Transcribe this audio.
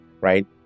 right